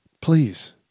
please